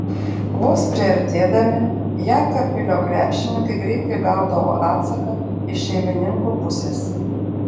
vos priartėdami jekabpilio krepšininkai greitai gaudavo atsaką iš šeimininkų pusės